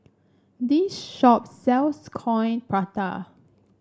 this shop sells Coin Prata